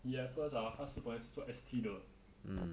he at first ah 他本来是做 S_T 的